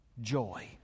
joy